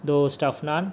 ਦੋ ਸਟਫ ਨਾਨ